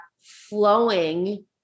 flowing